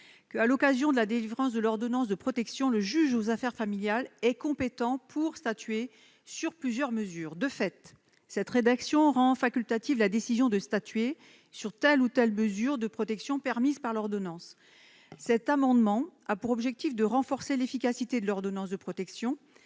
que, à l'occasion de la délivrance de l'ordonnance de protection, le juge aux affaires familiales est compétent pour statuer sur plusieurs mesures. De fait, cette rédaction rend facultative la décision de statuer sur telle ou telle mesure de protection permise par l'ordonnance. Cet amendement a pour objet de renforcer l'efficacité de l'ordonnance de protection.